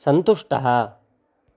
सन्तुष्टः